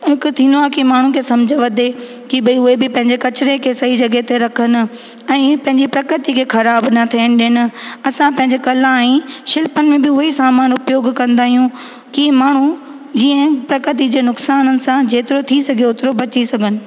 हिकु थींदो आहे की माण्हुनि खे समुझ वधे की भई उहे बि पंहिंजे कचिरे खे सही जॻहि ते रखनि ऐं पंहिंजी प्रकृति खे ख़राबु न थियनि ॾियनि असां पंहिंजे कला ऐं शिल्पनि में बि सामान उहो ई उपयोग में कंदा आहियूं की माण्हूं प्रकृति जे नुक़सान सां जेतिरो थी सघे ओतिरो बची सघनि